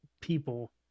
people